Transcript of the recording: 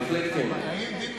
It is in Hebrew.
בהחלט, כן.